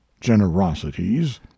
generosities